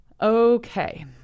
Okay